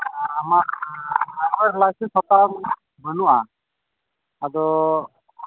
ᱟᱢᱟᱜ driving licence ᱦᱟᱛᱟᱣ ᱢᱮ ᱦᱟᱸᱜ ᱵᱟᱹᱱᱩᱜᱼᱟ ᱟᱫᱚ